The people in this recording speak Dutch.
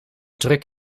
druk